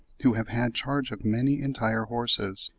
who have had charge of many entire horses,